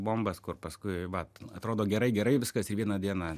bombas kur paskui vat atrodo gerai gerai viskas ir viena diena